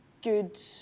good